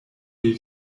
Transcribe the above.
les